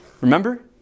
Remember